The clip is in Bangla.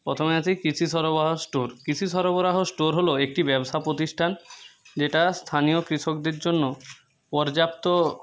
প্রথমে আছে কৃষি সরবরাহ স্টোর কৃষি সরবরাহ স্টোর হলো একটি ব্যবসা প্রতিষ্ঠান যেটা স্থানীয় কৃষকদের জন্য পর্যাপ্ত